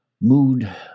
mood